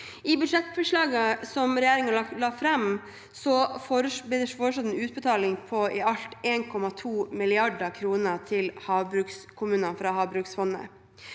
I budsjettforslaget som regjeringen la fram, ble det foreslått en utbetaling på i alt 1,2 mrd. kr til havbrukskom munene fra Havbruksfondet.